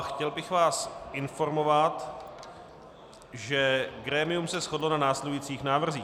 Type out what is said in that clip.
Chtěl bych vás informovat, že grémium se shodlo na následujících návrzích: